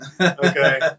okay